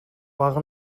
бага